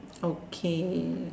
okay